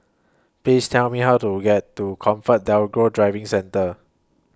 Please Tell Me How to get to ComfortDelGro Driving Centre